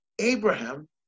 Abraham